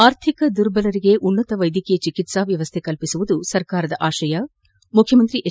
ಆರ್ಥಿಕ ದುರ್ಬಲರಿಗೆ ಉನ್ನತ ವೈದ್ಯಕೀಯ ಚಿಕಿತ್ಸಾ ವ್ಯವಸ್ಥೆ ಕಲ್ಪಿಸುವುದು ಸರ್ಕಾರದ ಆಶಯ ಮುಖ್ಯಮಂತ್ರಿ ಎಚ್